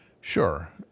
sure